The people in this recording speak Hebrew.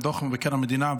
דוח מבקר המדינה,